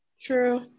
True